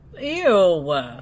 Ew